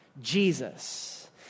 Jesus